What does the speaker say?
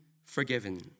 forgiven